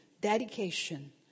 Dedication